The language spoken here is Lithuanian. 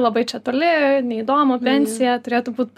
labai čia toli neįdomu pensija turėtų būt